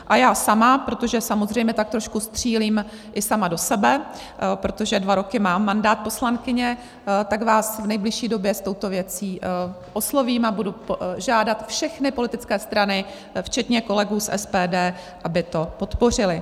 A já sama, protože samozřejmě tak trošku střílím i sama do sebe, protože dva roky mám mandát poslankyně, tak vás v nejbližší době s touto věcí oslovím a budu žádat všechny politické strany včetně kolegů z SPD, aby to podpořili.